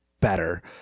better